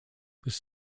this